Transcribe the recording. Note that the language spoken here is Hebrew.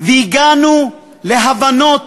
והגענו להבנות